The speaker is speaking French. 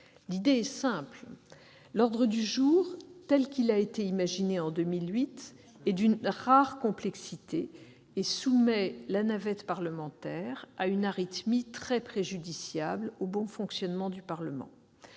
L'idée est simple : l'ordre du jour, tel qu'il a été imaginé en 2008, est d'une rare complexité et soumet la navette parlementaire à une arythmie très préjudiciable au bon fonctionnement du Parlement.